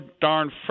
darn